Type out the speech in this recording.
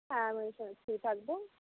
হ্যাঁ আমি ওই সময় ফ্রী থাকবো